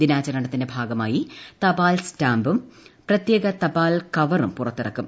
ദിനാചരണത്തിന്റെ ഭാഗമായി തപാൽ സ്റ്റാമ്പും പ്രത്യേക തപാൽ കവറും പുറത്തിറക്കി